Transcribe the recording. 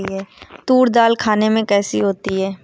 तूर दाल खाने में कैसी होती है?